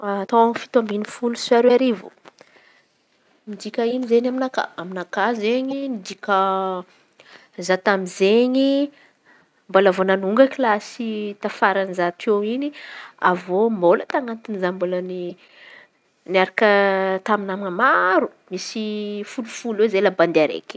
Taôn̈o fito ambiny folo sy aroa arivo midika ino izen̈y aminakà? Aminakà izen̈y midika za tamy izen̈y mbola vao nanonga kilasy tafaran̈y za teo in̈y avy ô za mbola niaky tamy nama maro misy folo folo eo zahay la bandy araiky.